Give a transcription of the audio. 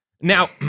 Now –